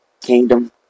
kingdom